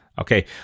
okay